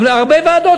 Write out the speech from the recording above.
הרבה ועדות.